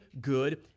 good